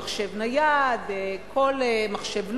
מחשב נייד, כל מחשב לוח,